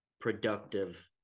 productive